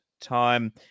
time